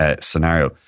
scenario